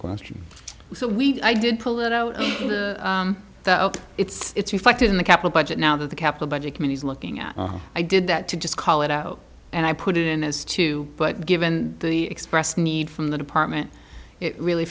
question so we i did pull it out it's reflected in the capital budget now that the capital budget committee is looking at i did that to just call it out and i put it in as two but given the expressed need from the department it really